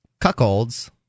cuckolds